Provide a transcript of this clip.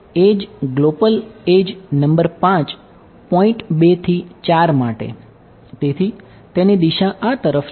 તેથી એડ્જ આ તરફ છે